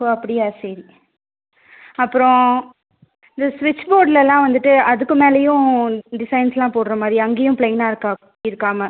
ஓ அப்படியா சரி அப்புறம் இந்த ஸ்விட்ச் போர்ட்லெலாம் வந்துட்டு அதுக்கு மேலேயும் டிசைன்ஸ்லாம் போடுற மாதிரி அங்கேயும் ப்ளைனாக இருக்கா இருக்காமல்